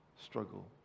struggle